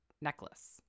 necklace